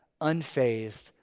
unfazed